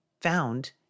found